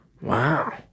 Wow